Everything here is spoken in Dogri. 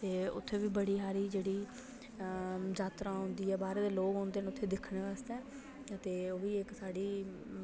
उत्थै बी बड़ी हारी जेहड़ी यात्रा औंदी ऐ बाह्रै दे लोक औंदे न दिक्खने आस्तै अदे ओह् बी इक साढ़ी